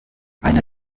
einer